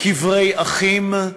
קברי אחים,